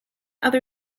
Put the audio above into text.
other